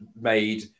made